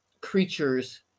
creatures